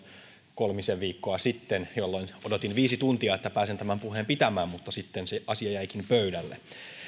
kolmisen viikkoa sitten jolloin odotin viisi tuntia että pääsen tämän puheen pitämään mutta sitten se asia jäikin pöydälle